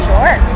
Sure